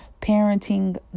parenting